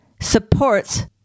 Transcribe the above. supports